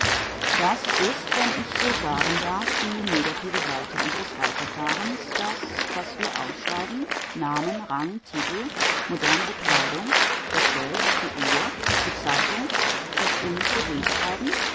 das ist wenn ich so sagen darf die negative seite unseres heilverfahrens das was wir ausscheiden namen rang titel moderne bekleidung das geld die uhr die zeitung das unnütze briefschreiben